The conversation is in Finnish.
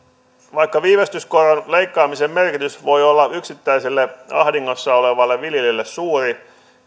vaikka viivästyskoron leikkaamisen merkitys voi olla yksittäiselle ahdingossa olevalle viljelijälle suuri